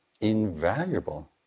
invaluable